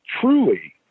truly